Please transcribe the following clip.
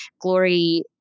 Glory